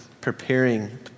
preparing